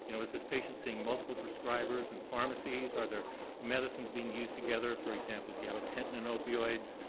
and is this patient seeing multiple prescribers and pharmacies, are there medicines being used together, for example, gabapentin and opioids,